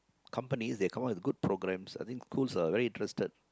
companies they come out with good programs I think cools uh very interested